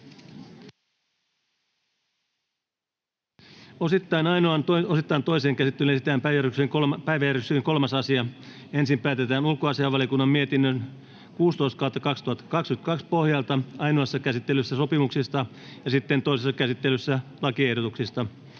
osittain toiseen käsittelyyn esitellään päiväjärjestyksen 3. asia. Ensin päätetään ulkoasiainvaliokunnan mietinnön UaVM 16/2022 vp pohjalta ainoassa käsittelyssä sopimuksista ja sitten toisessa käsittelyssä lakiehdotuksista.